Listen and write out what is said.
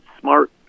smart